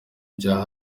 byaha